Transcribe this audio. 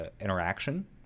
interaction